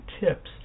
tips